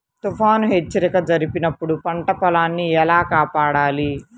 తుఫాను హెచ్చరిక జరిపినప్పుడు పంట పొలాన్ని ఎలా కాపాడాలి?